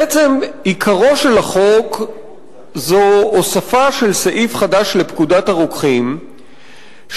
המטרה של החוק הזה היא למנוע את היווצרות המפגעים הבריאותיים והסביבתיים